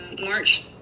March